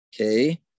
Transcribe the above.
Okay